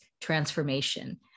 transformation